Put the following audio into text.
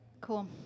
Cool